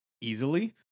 easily